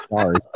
Sorry